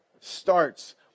starts